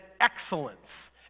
excellence